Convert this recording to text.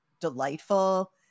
delightful